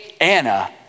Anna